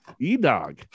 E-Dog